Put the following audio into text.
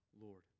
Lord